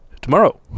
tomorrow